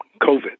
COVID